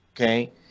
Okay